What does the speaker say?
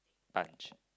punch